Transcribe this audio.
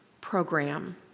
program